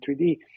3D